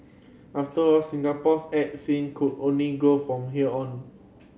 after all Singapore's art scene could only grow from here on